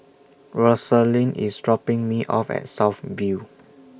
Rosalyn IS dropping Me off At South View